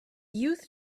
youth